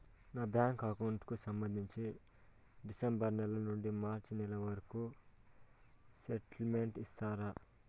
నా bank account కు సంబంధించి డిసెంబరు నెల నుండి మార్చి నెలవరకు స్టేట్మెంట్ ఇస్తారా?